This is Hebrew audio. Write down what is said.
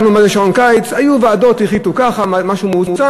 היו ועדות, החליטו כך, משהו מאוזן.